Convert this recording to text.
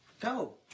Go